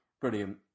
Brilliant